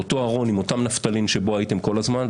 לאותו ארון עם אותו נפטלין שבו הייתם כל הזמן,